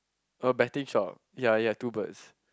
a betting shop ya ya two birds